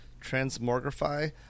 transmogrify